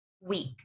week